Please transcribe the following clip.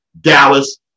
Dallas